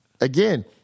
Again